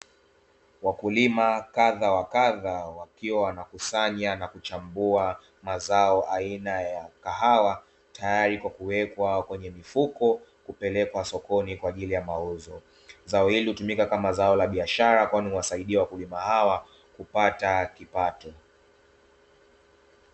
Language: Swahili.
Wakulima kadha wa kadha wakiwa wanakusanya na kuchambua mazao aina ya kahawa, tayari kwa kuwekwa kwenye mifuko kupelekwa sokoni kwa ajili ya mauzo. Zao hili hutumika kama zao la biashara, kwani huwasaidia wakulima hawa kupata kipato.